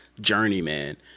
journeyman